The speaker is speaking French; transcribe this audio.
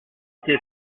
été